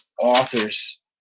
authors